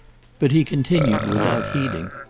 but he continued without heeding.